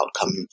outcome